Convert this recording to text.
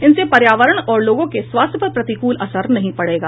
इनसे पर्यावरण और लोगों के स्वास्थ्य पर प्रतिकूल असर नहीं पड़ेगा